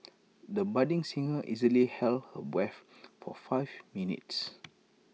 the budding singer easily held her breath for five minutes